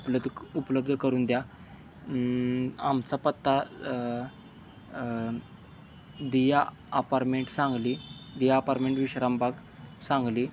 उपलब उपलब्ध करून द्या आमचा पत्ता दिया अपारमेंट सांगली दिया अपारमेंट विश्रामबाग सांगली